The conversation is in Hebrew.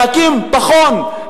להקים פחון,